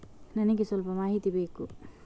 ನನಿಗೆ ಸ್ವಲ್ಪ ಮಾಹಿತಿ ಬೇಕು